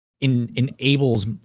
enables